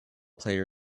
player